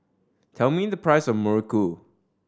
tell me the price of muruku